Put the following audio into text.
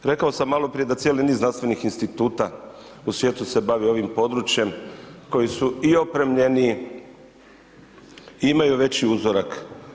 Rekao sam maloprije da cijeli niz znanstvenih instituta u svijetu se bavi ovim područjem koji su i opremljeniji i imaju veći uzorak.